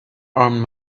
armed